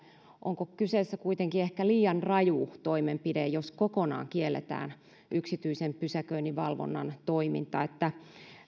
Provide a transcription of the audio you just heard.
onko kyseessä kuitenkin ehkä liian raju toimenpide jos kokonaan kielletään yksityisen pysäköinninvalvonnan toiminta